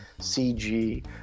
CG